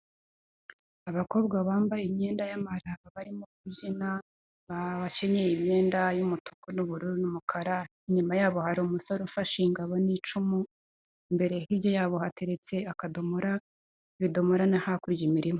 Abakobwa bambaye imyenda y'amaraba barimo kubyina bakenye imyenda y'umutuku n'ubururu n'umukara, inyuma yabo hari umusore ufashe ingabo n'icumu, imbere hirya yabo hateretse akadomora, ibidomora no hakurya imirima.